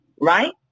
right